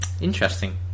Interesting